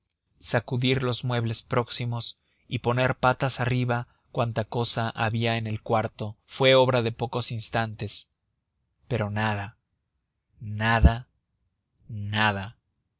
sacudir los muebles próximos y poner patas arriba cuanta cosa había en el cuarto fue obra de pocos instantes pero nada nada nada